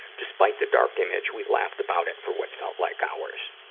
despite the dark image, we laughed about it for what felt like hours.